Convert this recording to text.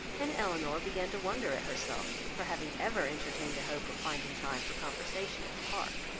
and elinor began to wonder at herself for having ever entertained a hope of finding time for conversation at the park.